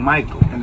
Michael